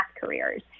careers